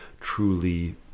truly